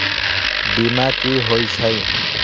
बीमा कि होई छई?